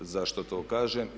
Zašto to kažem?